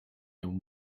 him